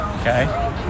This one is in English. Okay